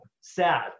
sad